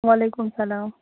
وعلیکُم سلام